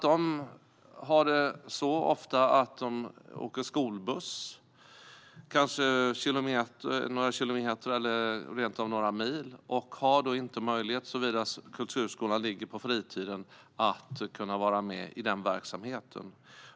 De har det ju ofta så att de åker skolbuss, kanske några kilometer eller rent av några mil, och om kulturskolan då ligger på fritiden har de inte möjlighet att vara med i den verksamheten.